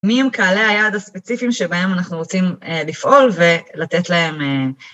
מי הם קהלי היעד הספציפיים שבהם אנחנו רוצים לפעול ולתת להם...